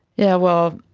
yeah well,